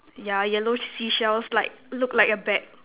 yeah yellow seashells like look like a bag